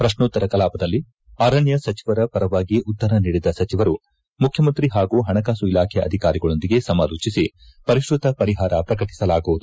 ಪ್ರಶ್ನೋತ್ತರ ಕಲಾಪದಲ್ಲಿ ಅರಣ್ಯ ಸಚಿವರ ಪರವಾಗಿ ಉತ್ತರ ನೀಡಿದ ಸಚಿವರು ಮುಖ್ಯಮಂತ್ರಿ ಪಾಗೂ ಪಣಕಾಸು ಇಲಾಖೆ ಅಧಿಕಾರಿಗಳೊಂದಿಗೆ ಸಮಾಲೋಜಿಸಿ ಪರಿಷ್ಟತ ಪರಿಹಾರ ಪ್ರಕಟಿಸಲಾಗುವುದು